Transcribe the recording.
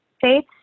Faith